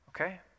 Okay